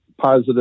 positive